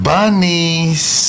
Bunnies